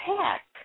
pack